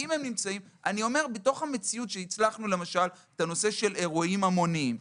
בתוך המציאות שהצלחנו למשל את הנושא של אירועים המוניים,